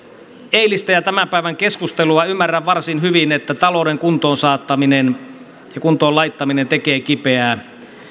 eilistä ja tämän päivän keskustelua ymmärrän varsin hyvin että talouden kuntoon saattaminen ja kuntoon laittaminen tekee kipeää ja